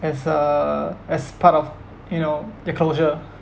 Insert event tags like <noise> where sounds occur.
as a as part of you know their culture <breath>